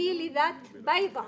אני ילידת ביידה,